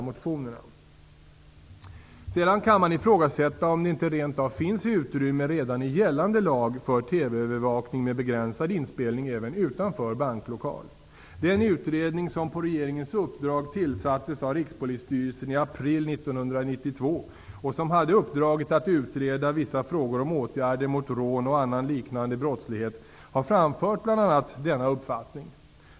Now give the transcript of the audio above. Man kan ifrågasätta om det inte rent av finns utrymme redan i gällande lag för TV-övervakning med begränsad inspelning även utanför banklokal. Den utredning som på regeringens uppdrag tillsattes av Rikspolisstyrelsen i april 1992, och som hade uppdraget att utreda vissa frågor om åtgärder mot rån och annan liknande brottslighet, har framfört bl.a. denna uppfattning.